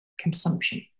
Consumption